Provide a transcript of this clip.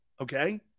okay